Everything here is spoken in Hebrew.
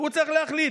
והוא צריך להחליט.